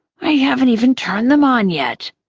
i haven't even turned them on yet.